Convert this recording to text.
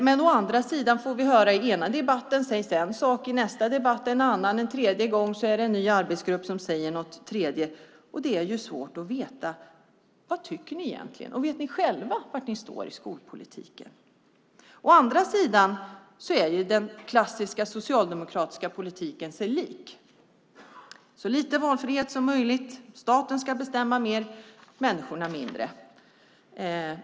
Men å andra sidan får vi höra att det i en debatt sägs en sak, i nästa debatt en annan sak och i en tredje debatt ytterligare någon annan sak enligt någon arbetsgrupp. Det är svårt att veta vad ni egentligen tycker. Vet ni själva var ni står i skolpolitiken? Men den klassiska socialdemokratiska politiken är sig ändå lik - så lite valfrihet som möjligt, staten ska bestämma mer och människorna mindre.